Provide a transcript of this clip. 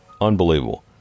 unbelievable